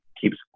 keeps